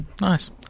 Nice